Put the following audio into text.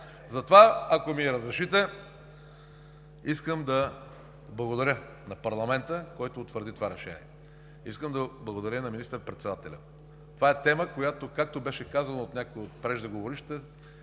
Затова, ако ми разрешите, искам да благодаря на парламента, който утвърди това решение, искам да благодаря и на министър председателя. Това е тема, по която, както беше казано от някого от преждеговорившите,